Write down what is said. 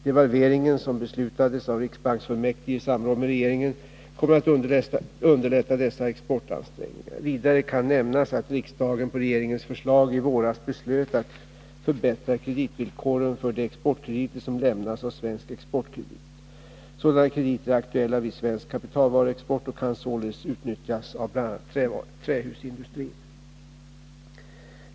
Devalveringen som beslutades av riksbanksfullmäktige i samråd med regeringen kommer att underlätta dessa exportansträngningar. Vidare kan nämnas att riksdagen på regeringens förslag i våras beslöt att förbättra kreditvillkoren för de exportkrediter som lämnas av Svensk Exportkredit AB . Sådana krediter är aktuella vid svensk kapitalvaruexport och kan således utnyttjas av bl.a. trähusindustrin.